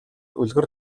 үлгэр